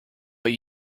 but